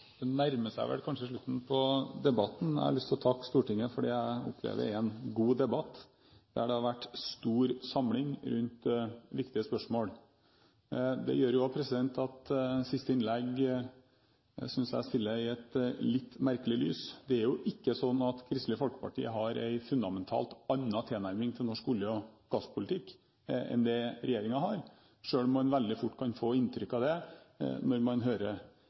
Det nærmer seg vel slutten på debatten. Jeg har lyst til å takke Stortinget for det jeg opplever er en god debatt, der det har vært stor samling rundt viktige spørsmål. Det gjør at jeg synes siste innlegg kommer i et litt merkelig lys. Det er jo ikke sånn at Kristelig Folkeparti har en fundamentalt annen tilnærming til norsk olje- og gasspolitikk enn det regjeringen har, selv om man veldig fort kan få inntrykk av det da man